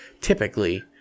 typically